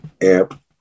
amp